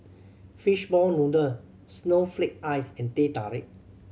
fish ball noodle snowflake ice and Teh Tarik